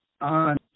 on